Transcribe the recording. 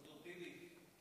ד"ר טיבי.